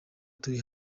turi